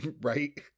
right